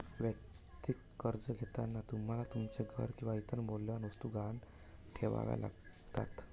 वैयक्तिक कर्ज घेताना तुम्हाला तुमचे घर किंवा इतर मौल्यवान वस्तू गहाण ठेवाव्या लागतात